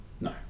no